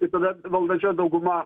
tai tada valdančioji dauguma